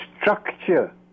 structure